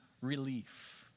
Relief